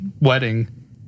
wedding